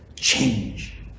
change